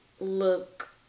look